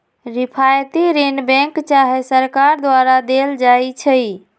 रियायती ऋण बैंक चाहे सरकार द्वारा देल जाइ छइ